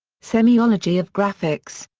semiology of graphics.